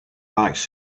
likes